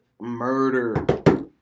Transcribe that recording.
murder